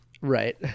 right